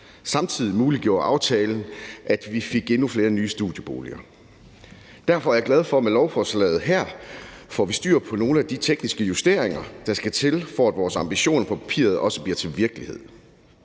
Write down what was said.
Samtidig muliggjorde aftalen, at vi fik endnu flere nye studieboliger. Derfor er jeg glad for, at vi med lovforslaget her får styr på nogle af de tekniske justeringer, der skal til, for at vores ambitioner på papiret også bliver virkelighed.